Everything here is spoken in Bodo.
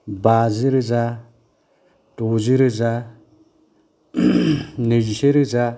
बाजि रोजा द'जि रोजा नैजिसे रोजा